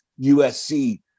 USC